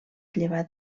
llevat